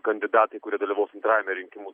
kandidatai kurie dalyvaus antrajame rinkimų